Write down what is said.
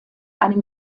einem